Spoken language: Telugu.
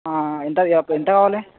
ఎంతకి చెప్పు ఎంత కావాలి